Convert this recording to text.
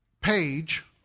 page